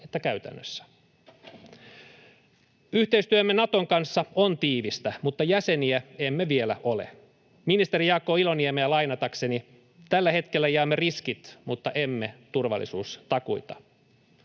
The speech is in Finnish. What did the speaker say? että käytännössä.” Yhteistyömme Naton kanssa on tiivistä, mutta jäseniä emme vielä ole. Ministeri Jaakko Iloniemeä lainatakseni tällä hetkellä jaamme riskit, mutta emme turvallisuustakuita.